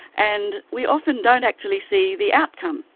and we often don't actually see the outcome.